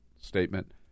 statement